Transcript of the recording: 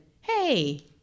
Hey